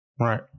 Right